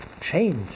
change